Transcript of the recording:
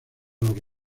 los